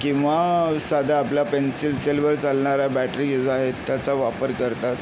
किंवा साधं आपला पेन्सिल सेलवर चालणाऱ्या बॅटरीज आहेत त्याचा वापर करतात